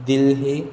Delhi